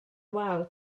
wal